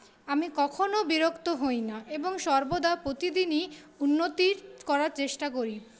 আমি কখনো বিরক্ত হইনা এবং সর্বদা প্রতিদিনই উন্নতির করার চেষ্টা করি